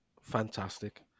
fantastic